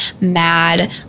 mad